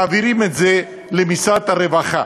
מעבירים את זה למשרד הרווחה.